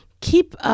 keep